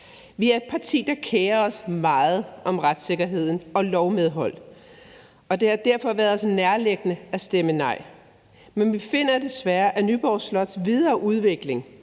Vi er et parti, der kerer os meget om retssikkerheden og lovmedholdelighed, og det har derfor været nærliggende for os at stemme nej. Men vi finder desværre, at Nyborg Slots videre udvikling,